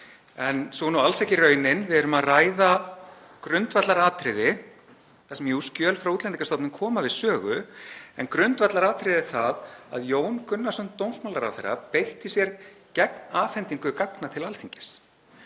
en sú er alls ekki raunin. Við erum að ræða grundvallaratriði þar sem skjöl frá Útlendingastofnun koma jú við sögu, en grundvallaratriðið er það að Jón Gunnarsson dómsmálaráðherra beitti sér gegn afhendingu gagna til Alþingis.